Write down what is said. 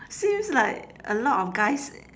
seems like a lot of guys